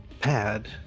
pad